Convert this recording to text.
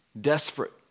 Desperate